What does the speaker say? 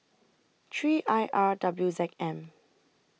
three I R W Z M